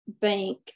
bank